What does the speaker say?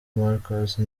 marcus